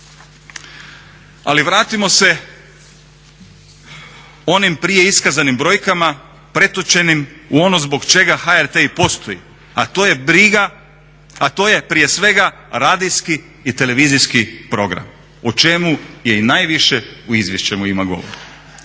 Ali vratimo se onim prije iskazanim brojkama pretočenim u ono zbog čega HRT i postoji a to je briga, a to je prije svega radijski i televizijski program o čemu je i najviše u izvješću i ima govora.